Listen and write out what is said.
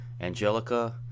Angelica